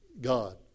God